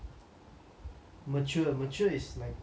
mature mature is like